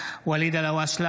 אינו נוכח ואליד אלהואשלה,